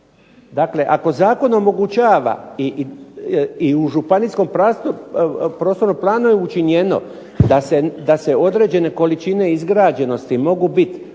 Dakle, ako zakon omogućava i u županijskom prostornom planu je učinjeno da se određene količine izgrađenosti mogu biti,